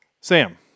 Sam